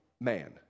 man